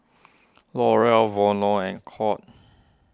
L'Oreal Vono and Courts